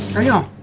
and